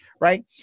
right